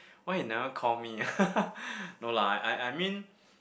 why you never call me ah no lah I I mean